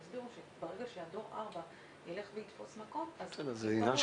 הסבירו שברגע שדור 4 יתפוס מקום אז --- שני,